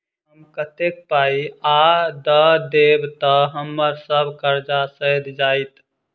हम कतेक पाई आ दऽ देब तऽ हम्मर सब कर्जा सैध जाइत?